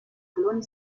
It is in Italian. cloni